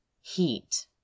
heat